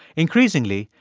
increasingly,